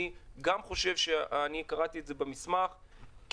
אני גם חושב שצריך לדרוש